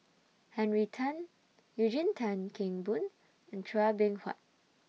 Henry Tan Eugene Tan Kheng Boon and Chua Beng Huat